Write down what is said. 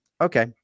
Okay